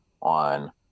on